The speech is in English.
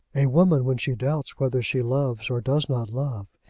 a woman, when she doubts whether she loves or does not love,